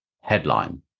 headline